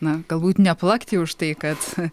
na galbūt neplakti už tai kad